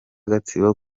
gatsibo